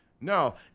No